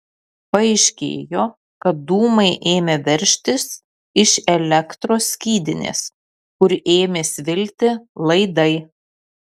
paaiškėjo kad dūmai ėmė veržtis iš elektros skydinės kur ėmė svilti laidai